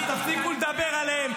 אז תפסיקו לדבר עליהם.